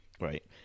Right